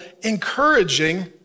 encouraging